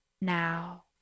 now